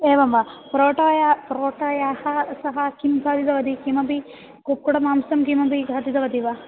एवं वा परोटाया परोटायाः सह किं खादितवती किमपि कुक्कुटमांसं किमपि खादितवती वा